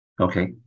Okay